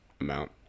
amount